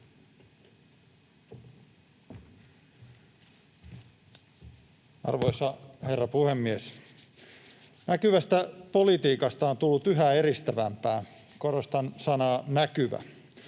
Arvoisa herra puhemies! Näkyvästä politiikasta on tullut yhä eristävämpää — korostan sanaa ”näkyvä”.